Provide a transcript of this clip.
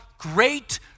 great